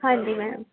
ਹਾਂਜੀ ਮੈਮ